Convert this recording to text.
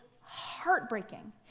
heartbreaking